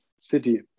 city